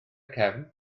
cefn